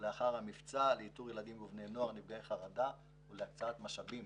לאחר המבצע לאיתור ילדים ובני נוער נפגעי חרדה ולהקצאת משאבים.